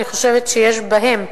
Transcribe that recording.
אני חושבת שיש בהם,